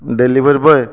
delivery boy